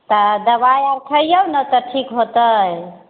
तऽ दवाइ आर खइयौ ने तऽ ठीक होतै